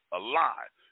alive